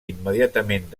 immediatament